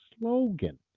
slogan